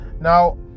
Now